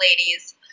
ladies